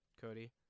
Cody